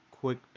quick